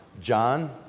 John